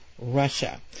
Russia